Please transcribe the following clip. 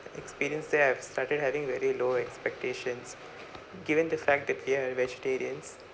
experience there I've started having very low expectations given the fact that they're vegetarians